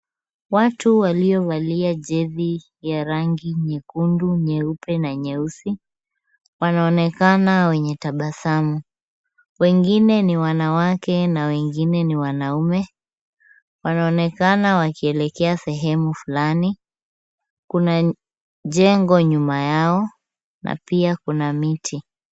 Watu walio valia jezi ya rangi nyekundu, nyeupe na nyeusi, wanaonekana wenye tabasamu. Wengine ni wanawake na wengine ni wanaume, wanaonekana wakielekea sehemu fulani. Kuna jengo nyuma yao na pia kuna miti.